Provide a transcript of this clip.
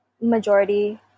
majority